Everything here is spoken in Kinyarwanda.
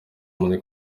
bamaze